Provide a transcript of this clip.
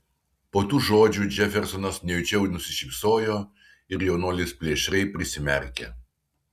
po tų žodžių džefersonas nejučia nusišypsojo ir jaunuolis plėšriai prisimerkė